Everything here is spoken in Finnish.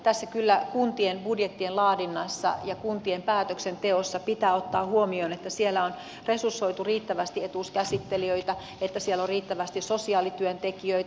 tässä kyllä kuntien budjettien laadinnassa ja kuntien päätöksenteossa pitää ottaa huomioon että siellä on resursoitu riittävästi etuuskäsittelijöitä että siellä on riittävästi sosiaalityöntekijöitä